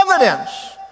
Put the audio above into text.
evidence